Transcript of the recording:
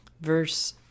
verse